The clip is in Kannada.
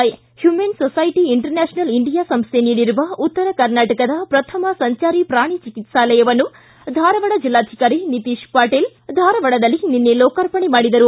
humane society international India ಸಂಸ್ಥೆ ನೀಡಿರುವ ಉತ್ತರ ಕರ್ನಾಟಕದ ಪ್ರಥಮ ಸಂಜಾರಿ ಪ್ರಾಣಿ ಚಿಕಿತ್ಸಾಲಯವನ್ನು ಧಾರವಾಡ ಜಿಲ್ಲಾಧಿಕಾರಿ ನಿತೇಶ್ ಪಾಟೀಲ್ ಧಾರವಾಡದಲ್ಲಿ ನಿನ್ನೆ ಲೋಕಾರ್ಪಣೆ ಮಾಡಿದರು